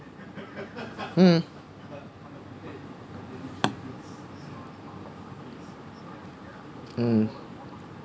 hmm um